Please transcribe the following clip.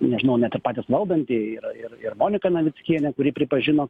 nežinau net ir patys valdantieji ir ir ir monika navickienė kuri pripažino